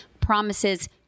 promises